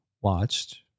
watched